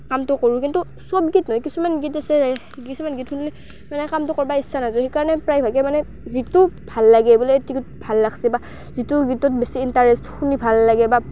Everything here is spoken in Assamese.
কামটো কৰোঁ কিন্তু চব গীত নহয় কিছুমান গীত আছে কিছুমান গীত শুনিলে মানে কামটো কৰিব ইচ্ছা নাযায় সেইকাৰণে প্ৰায়ভাগে মানে যিটো ভাল লাগে বোলে এইটো গীত ভাল লাগিছে বা যিটো গীতত বেছি ইন্টাৰেষ্ট শুনি ভাল লাগে বা